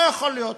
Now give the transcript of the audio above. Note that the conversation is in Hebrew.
לא יכול להיות.